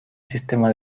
sistema